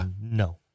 no